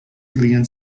ilian